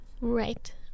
right